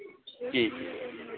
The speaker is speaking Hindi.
ठीक है